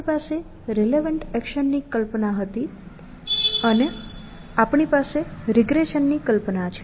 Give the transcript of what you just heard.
આપણી પાસે રિલેવન્ટ એક્શનની કલ્પના હતી અને આપણી પાસે રીગ્રેશન ની કલ્પના છે